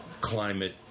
climate